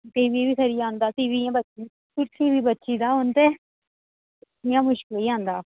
TV बी सड़ी आंदा इ'यां बस बच्ची एह्दा हून ते इ'यां मुश्कल ही आंदा